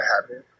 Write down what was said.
happen